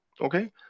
Okay